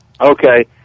Okay